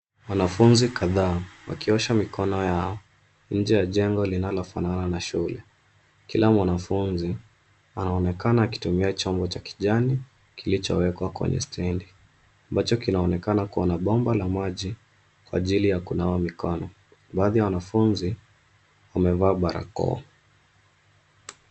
Wanafunzi kadhaa, wakiosha mikono yao, nje ya jengo linalofanana na shule. Kila mwanafunzi, anaonekana akitumia chombo cha kijani, kilichowekwa kwenye stendi, ambacho kinaonekana kuwa na bomba la maji, kwa ajili ya kunawa mikono. Baadhi ya wanafunzi, wamevaa barakoa.